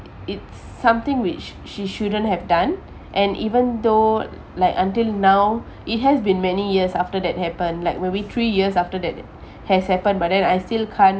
it's something which she shouldn't have done and even though like until now it has been many years after that happened like maybe three years after that has happened but then I still can't